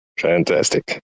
Fantastic